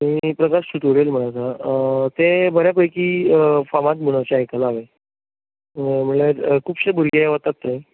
Prakash tutorial म्हूण आसा ते बऱ्या पैकी फामाद अशें आयकलां हांवेन म्हळ्यार खुबशे भुरगे वतात थंय